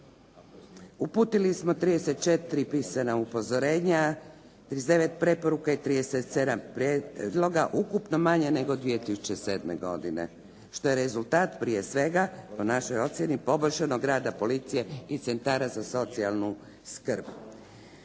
Uputili smo 34 pisana upozorenja, 39 preporuka i 37 prijedloga, ukupno manje nego 2007. godine, što je rezultat prije svega po našoj ocjeni poboljšanog rada policije i centara za socijalnu skrb.